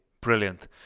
brilliant